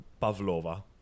pavlova